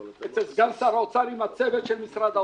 אצל סגן שר האוצר עם הצוות של משרד האוצר,